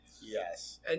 Yes